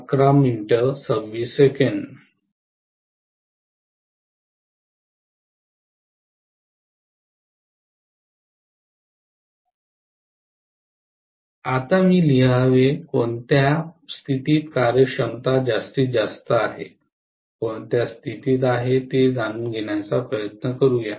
आता मी लिहावे कोणत्या स्थितीत कार्यक्षमता जास्तीत जास्त आहे कोणत्या स्थितीत आहे ते जाणून घेण्याचा प्रयत्न करू या